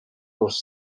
dels